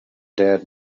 dead